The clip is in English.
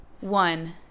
One